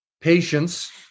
patience